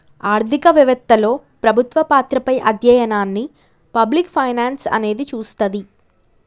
ఆర్థిక వెవత్తలో ప్రభుత్వ పాత్రపై అధ్యయనాన్ని పబ్లిక్ ఫైనాన్స్ అనేది చూస్తది